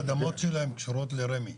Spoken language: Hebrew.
האדמות שלהם קשורות לרמ"י.